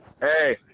Hey